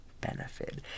benefit